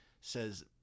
says